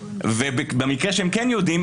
ובמקרה שהם כן יודעים,